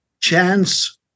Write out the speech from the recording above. chance